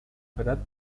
berat